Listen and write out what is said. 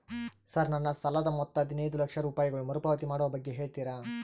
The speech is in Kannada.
ಸರ್ ನನ್ನ ಸಾಲದ ಮೊತ್ತ ಹದಿನೈದು ಲಕ್ಷ ರೂಪಾಯಿಗಳು ಮರುಪಾವತಿ ಮಾಡುವ ಬಗ್ಗೆ ಹೇಳ್ತೇರಾ?